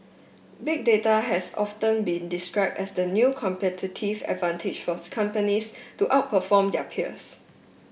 Big Data has often been described as the new competitive advantage forth companies to outperform their peers